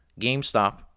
GameStop